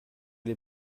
les